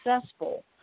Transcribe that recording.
successful